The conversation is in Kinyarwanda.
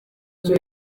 icyo